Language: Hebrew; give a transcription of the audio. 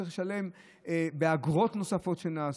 אתה צריך לשלם באגרות נוספות שנעשו,